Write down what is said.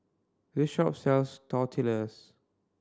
this shop sells Tortillas